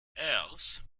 else